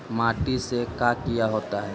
माटी से का क्या होता है?